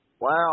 Wow